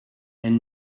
and